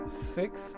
six